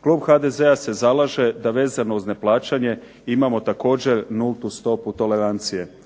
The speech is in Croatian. Klub HDZ-a se zalaže da vezano uz neplaćanje imamo također nultu stopu tolerancije.